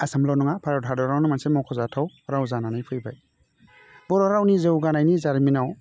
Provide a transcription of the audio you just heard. आसामल' नङा भारत हादरावनो मोनसे मखजाथाव राव जानानै फैबाय बर' रावनि जौगानायनि जारिमिनाव